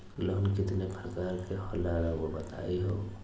Loan कितने पारकर के होला रऊआ बताई तो?